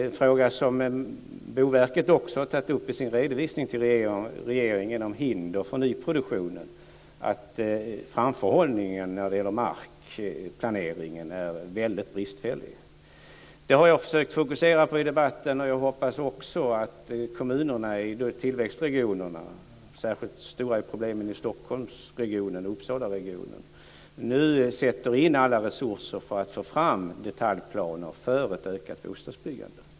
En fråga som Boverket också har tagit upp i sin redovisning till regeringen om hinder för nyproduktionen är att framförhållningen när det gäller markplaneringen är väldigt bristfällig. Det har jag försökt fokusera på i debatten. Jag hoppas också att kommunerna i tillväxtregioner - problemen är särskilt stora i Stockholmsregionen och i Uppsalaregionen - nu sätter in alla resurser för att få fram detaljplaner för ett ökat bostadsbyggande.